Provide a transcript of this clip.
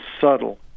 subtle